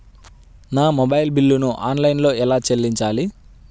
నా మొబైల్ బిల్లును ఆన్లైన్లో ఎలా చెల్లించాలి?